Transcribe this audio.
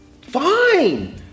fine